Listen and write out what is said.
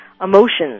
emotions